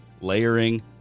layering